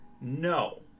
No